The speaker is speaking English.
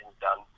done